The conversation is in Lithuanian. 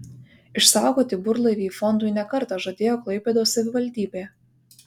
išsaugoti burlaivį fondui ne kartą žadėjo klaipėdos savivaldybė